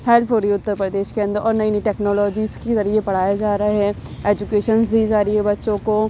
help ہو رہی ہے اتر پردیش کے اندر اور نئی نئی ٹیکنالوجیز کے ذریعے پڑھایا جا رہا ہے ایجوکیشنس دی جا رہی ہے بچوں کو